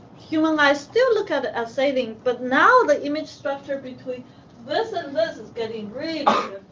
human eyes still look at it as sailing but now the image structure between this and this is getting really